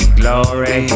glory